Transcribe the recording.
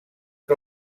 que